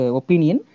opinion